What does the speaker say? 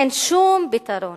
אין שום פתרון